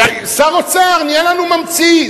ושר האוצר נהיה לנו ממציא.